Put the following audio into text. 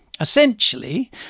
Essentially